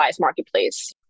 marketplace